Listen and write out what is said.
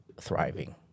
thriving